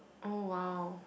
oh !wow!